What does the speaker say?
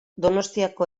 donostiako